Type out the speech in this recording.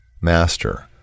Master